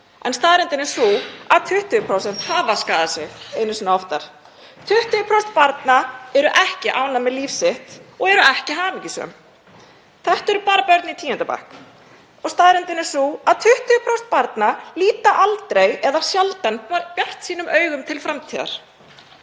og staðreyndin er sú að 20% hafa skaðað sig einu sinni eða oftar. 20% barna eru ekki ánægð með líf sitt og eru ekki hamingjusöm. Þetta eru bara börn í tíunda bekk og staðreyndin er sú að 20% barna líta aldrei eða sjaldan bjartsýnum augum til framtíðar.